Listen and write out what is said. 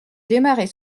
démarrer